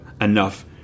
enough